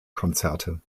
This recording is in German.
konzerte